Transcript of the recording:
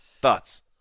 Thoughts